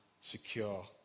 secure